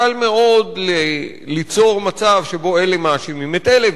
קל מאוד ליצור מצב שבו אלה מאשימים את אלה,